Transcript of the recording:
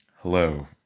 Hello